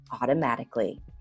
automatically